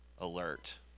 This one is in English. alert